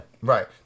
right